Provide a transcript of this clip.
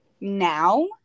now